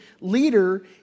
leader